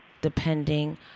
depending